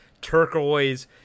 turquoise